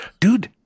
Dude